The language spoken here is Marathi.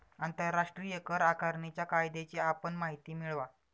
आंतरराष्ट्रीय कर आकारणीच्या कायद्याची आपण माहिती मिळवा